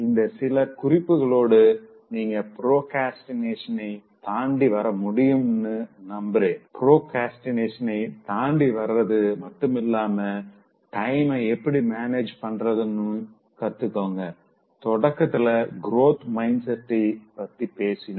இந்த சில குறிப்புகளோட நீங்க ப்ரோக்ரஸ்டினேஷன தாண்டி வர முடியும்னு நம்பறேன் பிராக்ரஸ்டினேஷன தாண்டி வர்றது மட்டுமில்லாம டைம எப்படி மேனேஜ் பண்றதுன்னும் கத்துக்கிட்டீங்க தொடக்கத்துல குரோத் மைண்ட் செட்டை பத்தி பேசினோம்